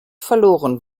verloren